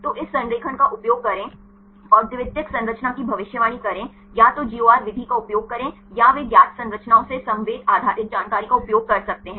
तो इस संरेखण का उपयोग करें और द्वितीयक संरचना की भविष्यवाणी करें या तो GOR विधि का उपयोग करें या वे ज्ञात संरचनाओं से समवेत आधारित जानकारी का उपयोग कर सकते हैं